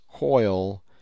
coil